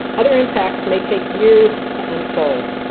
other impacts may take years to unfold,